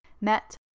met